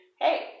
hey